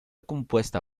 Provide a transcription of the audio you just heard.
compuesta